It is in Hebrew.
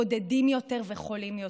בודדים יותר וחולים יותר.